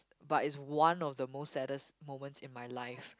but is one of the most saddest moments in my life